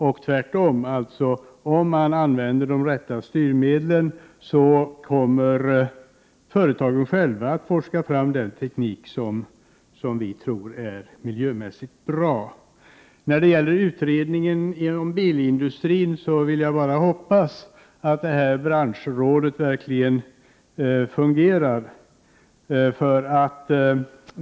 Och tvärtom: Om man använder de rätta styrmedlen, kommer företagen själva att forska fram den teknik som vi tror är miljömässigt bra. När det gäller utredningen om bilindustrin vill jag bara hoppas att branschrådet verkligen fungerar.